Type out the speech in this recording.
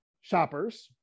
shoppers